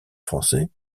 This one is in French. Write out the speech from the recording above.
français